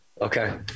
Okay